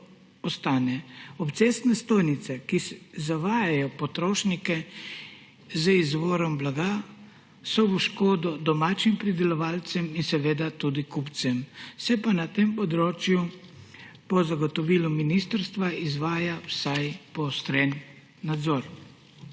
ostaja. Obcestne stojnice, ki zavajajo potrošnike z izvorom blaga, so v škodo domačim pridelovalcem in seveda tudi kupcem. Se pa na tem področju po zagotovilu ministrstva izvaja vsaj poostren nadzor.